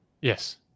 Yes